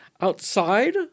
outside